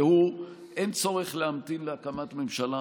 והוא שאין צורך להמתין להקמת ממשלה,